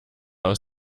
aus